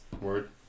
Word